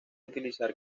utilizar